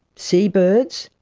seabirds,